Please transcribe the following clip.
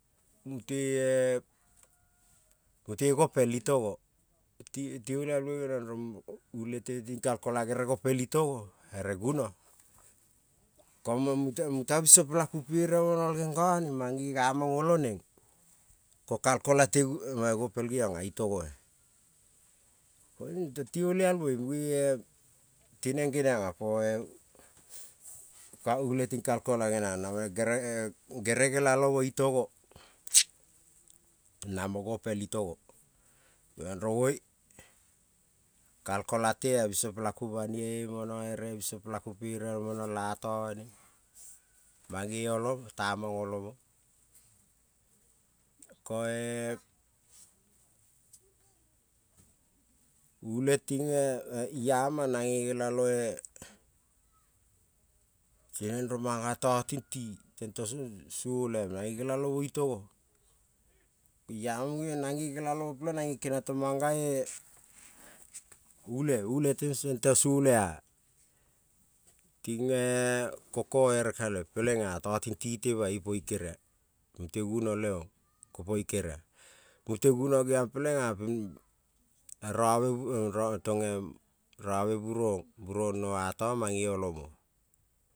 Mute gopel itogo ti olial mue ne genion rong ule te kere ting kalkola go pel itogo ere guno ko muta biso pela ka perebe monol perebe gengone na mon oionen ko kalkola te gopel geon itogo e tong ti nenone olial moi paule ting kalkola nange kere nelalomo itogo namo gopel itogo pelen mo rong oe kalkola te biso pela ku banenabe mono biso pela ku perebe mono atone mane erio tamon oiomo ko e iama ko nenge ngelabe. Tinen romona totingti to song sole nelalomo peleng nane kenion ton mana e ule tento song sole a koko ere kale totiniti te baipo i keria mute guno te ong ipo i keria mute guno peleng robe tone robe burong.